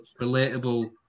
relatable